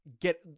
get